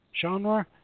genre